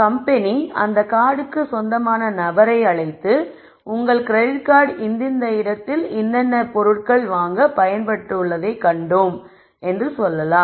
company அந்த கார்டுக்கு சொந்தமான நபரை அழைத்து உங்கள் கிரெடிட் கார்டு இந்திந்த இடத்தில் இன்னின்ன பொருட்கள் வாங்க பயன்படுத்தப்பட்டதைக் கண்டோம் என்று சொல்லலாம்